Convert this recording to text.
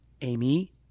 Amy